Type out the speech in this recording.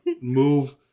move